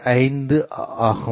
5 ஆகும்